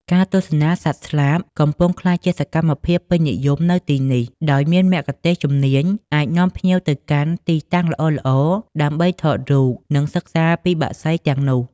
ការទស្សនាសត្វស្លាប កំពុងក្លាយជាសកម្មភាពពេញនិយមនៅទីនេះ ដោយមានមគ្គុទ្ទេសក៍ជំនាញអាចនាំភ្ញៀវទៅកាន់ទីតាំងល្អៗដើម្បីថតរូប និងសិក្សាពីបក្សីទាំងនោះ។